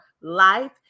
life